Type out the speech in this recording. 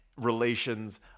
relations